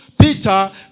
Peter